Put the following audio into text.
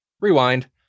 Rewind